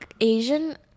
Asian